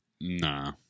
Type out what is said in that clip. Nah